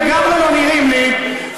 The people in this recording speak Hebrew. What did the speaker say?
דברים שלגמרי לא נראים לי,